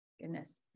goodness